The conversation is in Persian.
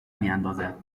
میاندازد